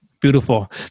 Beautiful